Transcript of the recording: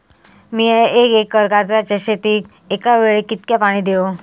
मीया एक एकर गाजराच्या शेतीक एका वेळेक कितक्या पाणी देव?